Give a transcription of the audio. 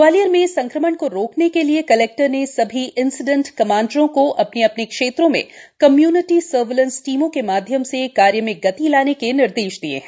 ग्वालियर में संक्रमण को रोकने हेत् कलेक्टर ने सभी इंसीडेंट कमाण्डरों को अपने अपने क्षेत्रों में कम्य्निटी सर्विलेंस टीमों के माध्यम से कार्य में गति लाने के निर्देश दिए हैं